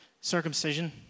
circumcision